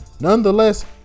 Nonetheless